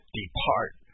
depart